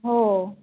हो